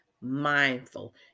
mindful